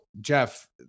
Jeff